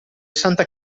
santa